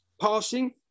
passing